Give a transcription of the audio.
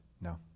no